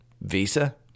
Visa